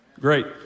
great